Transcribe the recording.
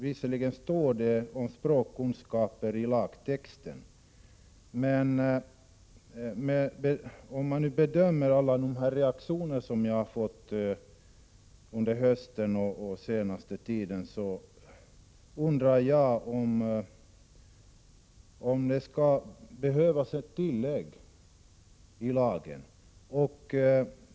Visserligen står det talat om språkkunskaper i lagtexten, men om jag skall bedöma alla de reaktioner som jag har mött under hösten och den senaste tiden, undrar jag om det inte skulle behövas ett tillägg i lagen.